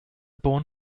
born